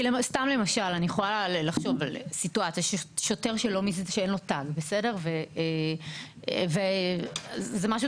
אני יכולה לחשוב על סיטואציה של שוטר שאין לו תג זה משהו